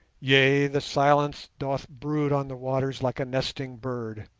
yea, the silence doth brood on the waters like a nesting bird